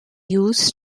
used